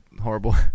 horrible